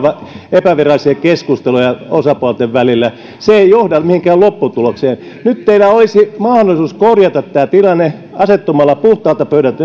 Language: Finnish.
epävirallisia keskusteluja osapuolten välillä se ei johda mihinkään lopputulokseen nyt teillä olisi mahdollisuus korjata tämä tilanne asettumalla puhtaalta pöydältä